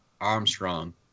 Armstrong